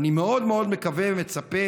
אני מאוד מאוד מקווה ומצפה